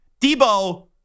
Debo